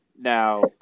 Now